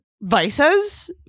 vices